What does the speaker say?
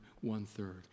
one-third